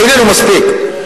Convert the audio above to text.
איננו מספיק,